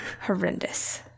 Horrendous